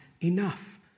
enough